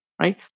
right